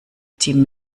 team